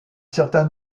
certain